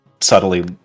subtly